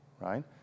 right